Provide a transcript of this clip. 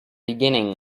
beginning